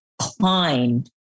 climbed